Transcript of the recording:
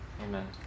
Amen